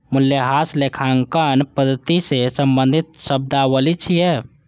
मूल्यह्रास लेखांकन पद्धति सं संबंधित शब्दावली छियै